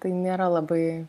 tai nėra labai